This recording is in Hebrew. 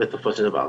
בסופו של דבר,